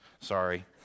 Sorry